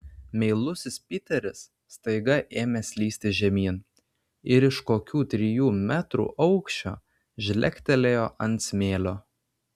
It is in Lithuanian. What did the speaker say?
meilusis piteris staiga ėmė slysti žemyn ir iš kokių trijų metrų aukščio žlegtelėjo ant smėlio